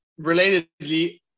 Relatedly